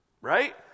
Right